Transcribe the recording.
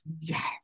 Yes